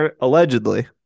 allegedly